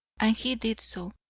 and he did so.